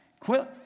Quit